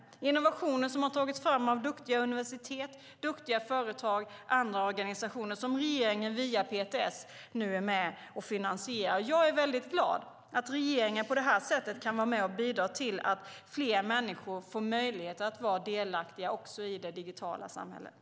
Det är innovationer som har tagits fram av duktiga universitet, företag och andra organisationer som regeringen via PTS nu är med och finansierar. Jag är väldigt glad att regeringen på det här sättet kan vara med och bidra till att ge fler människor möjlighet att vara delaktiga också i det digitala samhället.